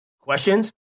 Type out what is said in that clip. Questions